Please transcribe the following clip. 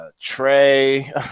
Trey